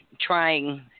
trying